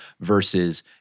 versus